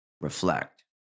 reflect